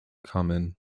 common